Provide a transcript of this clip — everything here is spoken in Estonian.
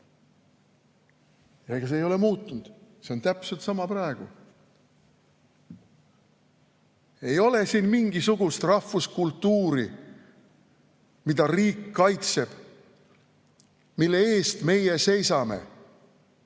Ja see ei ole muutunud, see on täpselt samamoodi ka praegu. Ei ole siin mingisugust rahvuskultuuri, mida riik kaitseb ja mille eest meie seisame.